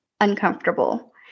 uncomfortable